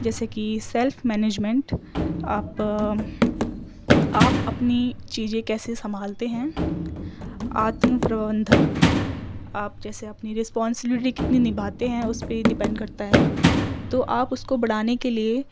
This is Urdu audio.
جیسے کہ سیلف مینجمنٹ آپ آپ اپنی چیزیں کیسے سنبھالتے ہیں آتم پروندھن آپ جیسے اپنی رسپانسبلٹی کتنی نبھاتے ہیں اس پہ ڈپینڈ کرتا ہے تو آپ اس کو بڑھانے کے لیے